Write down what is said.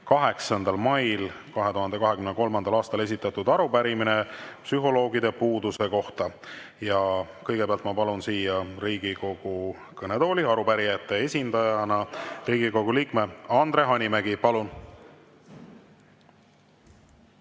8. mail 2023. aastal esitatud arupärimine psühholoogide puuduse kohta. Ja kõigepealt ma palun siia Riigikogu kõnetooli arupärijate esindajana Riigikogu liikme Andre Hanimäe.